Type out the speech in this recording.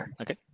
Okay